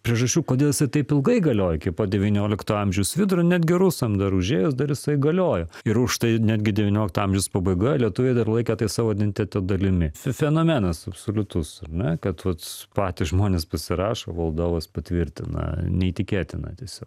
priežasčių kodėl jisai taip ilgai galiojo iki pat devyniolikto amžiaus vidurio netgi rusam dar užėjus dar jisai galiojo ir už tai netgi devyniolikto amžiaus pabaigoje lietuviai dar laikė tai savo identiteto dalimi fe fenomenas absoliutus ar ne kad vat patys žmonės pasirašo valdovas patvirtina neįtikėtina tiesiog